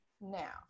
Now